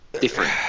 different